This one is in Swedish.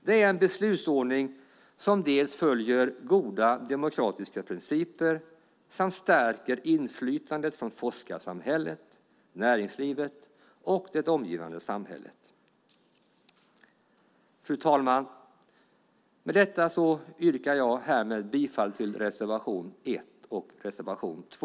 Det är en beslutsordning som dels följer goda demokratiska principer, dels stärker inflytandet från forskarsamhället, näringslivet och det omgivande samhället. Fru talman! Med detta yrkar jag bifall till reservationerna 1 och 2.